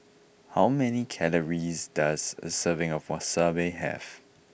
how many calories does a serving of Wasabi have